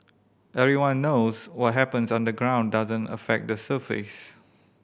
everyone knows what happens underground doesn't affect the surface